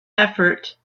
effort